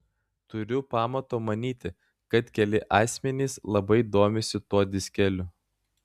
turiu pamato manyti kad keli asmenys labai domisi tuo diskeliu